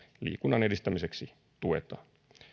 liikunnan edistämiseksi tuetaan